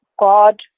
God